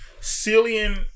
Cillian